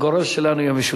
הגורל שלנו יהיה משותף.